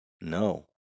No